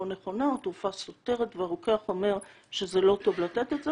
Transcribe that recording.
נכונה או תרופה סותרת והרוקח אומר שזה לא טוב לתת את זה,